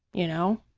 you know.